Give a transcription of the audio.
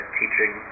teaching